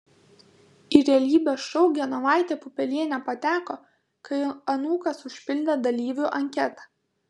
į realybės šou genovaitė pupelienė pateko kai anūkas užpildė dalyvių anketą